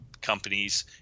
companies